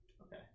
Okay